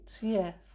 yes